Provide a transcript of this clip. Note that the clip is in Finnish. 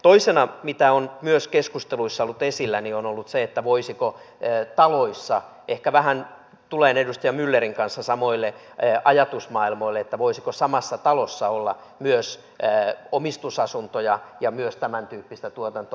toisena mitä on myös keskusteluissa ollut esillä on ollut se voisiko samassa talossa ehkä vähän tulen edustaja myllerin kanssa samoille ajatusmaailmoille olla myös omistusasuntoja ja myös tämäntyyppistä tuotantoa